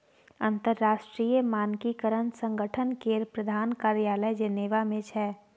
अंतरराष्ट्रीय मानकीकरण संगठन केर प्रधान कार्यालय जेनेवा मे छै